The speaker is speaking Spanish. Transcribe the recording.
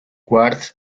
ward